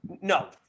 No